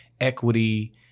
equity